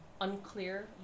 Unclear